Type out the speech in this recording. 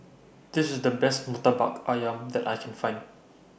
This IS The Best Murtabak Ayam that I Can Find